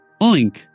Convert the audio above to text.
Oink